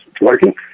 working